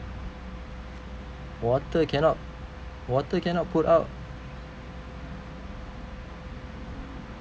water cannot water cannot put out